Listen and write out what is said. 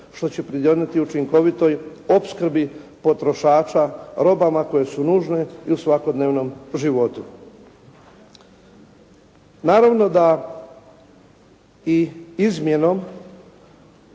što će pridonijeti učinkovitoj opskrbi potrošača robama koje su nužne i u svakodnevnom životu. Naravno da i izmjenom